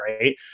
right